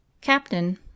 Captain